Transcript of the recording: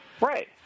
Right